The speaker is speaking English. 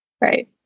right